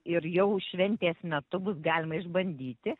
ir jau šventės metu bus galima išbandyti